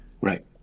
right